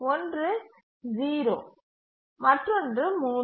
ஒன்று 0 மற்றொன்று 3